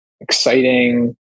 exciting